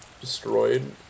destroyed